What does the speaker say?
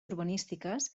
urbanístiques